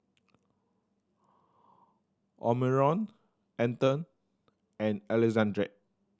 Omarion Aedan and Alexandria